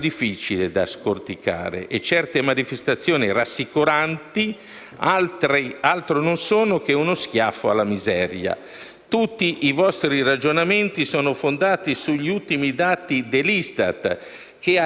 Tutti i vostri ragionamenti sono fondati sugli ultimi dati Istat, che ha rivisto al rialzo le stime del primo trimestre da un iniziale 0,2 allo 0,4